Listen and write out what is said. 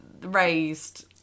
raised